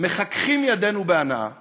מחככים ידינו בהנאה ואומרים: